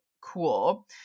cool